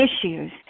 issues